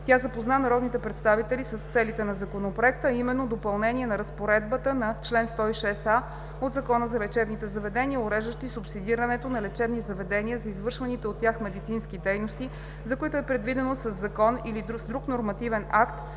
Тя запозна народните представители с целите на Законопроекта, а именно допълнение на разпоредбата на чл. 106а от Закона за лечебните заведения, уреждаща субсидирането на лечебни заведения за извършваните от тях медицински дейности, за които е предвидено със закон или с друг нормативен акт